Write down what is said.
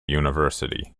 university